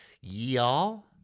y'all